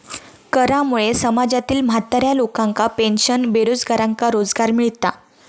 करामुळे समाजातील म्हाताऱ्या लोकांका पेन्शन, बेरोजगारांका रोजगार मिळता